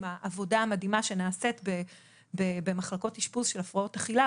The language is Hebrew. עם העבודה המדהימה שנעשית במחלקות אשפוז של הפרעות אכילה,